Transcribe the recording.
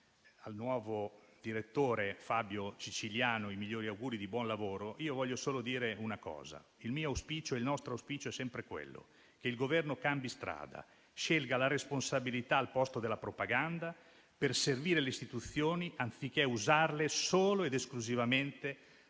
al nuovo direttore Fabio Ciciliano i migliori auguri di buon lavoro, voglio solo dire che il nostro auspicio è sempre che il Governo cambi strada, scelga la responsabilità al posto della propaganda per servire le istituzioni anziché usarle solo ed esclusivamente per ragionare